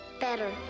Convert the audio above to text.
better